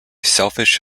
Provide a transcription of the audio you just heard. selfish